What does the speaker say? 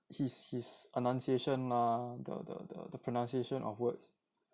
he's he's annunciation ah the pronunciation of words